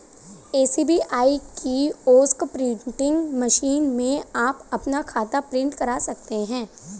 SBI kiosk printing machine में आप अपना खाता प्रिंट करा सकते हैं